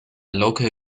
local